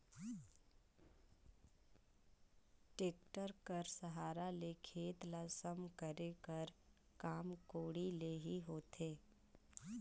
tractor कर सहारा ले खेत ल सम करे कर काम कोड़ी ले ही होथे